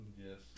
Yes